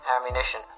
ammunition